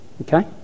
okay